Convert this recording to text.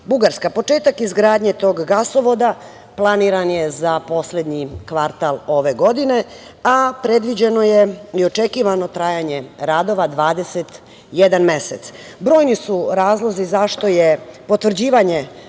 Bugarska. Početak izgradnje tog gasovoda planiran je za poslednji kvartal ove godine, a predviđeno je i očekivano trajanje radova, 21 mesec. Brojni su razlozi zašto je potvrđivanje